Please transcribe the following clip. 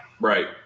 Right